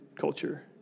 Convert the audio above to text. culture